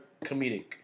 comedic